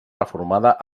reformada